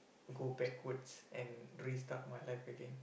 go backwards and restart my life again